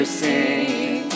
sing